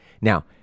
Now